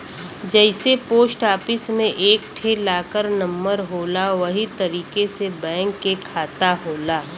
जइसे post office मे एक ठे लाकर नम्बर होला वही तरीके से बैंक के खाता होला